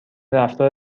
رفتار